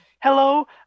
hello